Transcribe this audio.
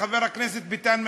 חבר הכנסת ביטן,